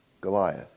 Goliath